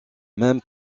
même